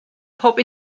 pob